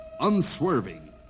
unswerving